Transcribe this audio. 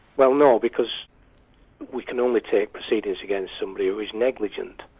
well no, because we can only take proceedings against somebody who is negligent.